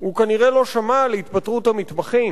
הוא, כנראה, לא שמע על התפטרות המתמחים.